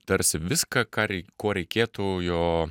tarsi viską ką rei ko reikėtų jo